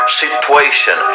situation